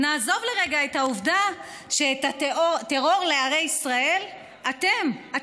נעזוב לרגע את העובדה שאת הטרור לערי ישראל אתם הבאתם,